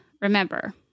remember